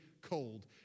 cold